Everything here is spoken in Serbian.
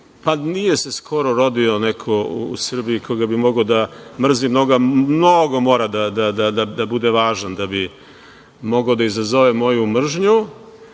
pa nije se skoro rodio neko u Srbiji koga bih mogao da mrzim, mora mnogo da bude važan da bi mogao da izazove moju mržnju. Što